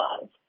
love